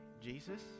Jesus